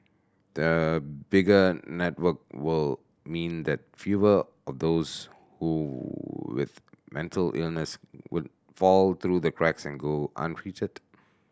the bigger network will mean that fewer of those who with mental illness would fall through the cracks and go untreated